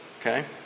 Okay